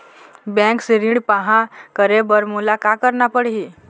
Bank से ऋण पाहां करे बर मोला का करना पड़ही?